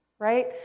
right